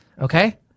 Okay